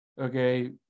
okay